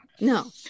no